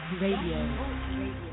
Radio